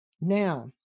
now